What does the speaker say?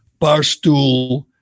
Barstool